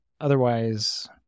otherwise